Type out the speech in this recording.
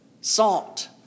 Salt